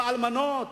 באלמנות.